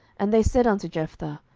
and they said unto jephthah,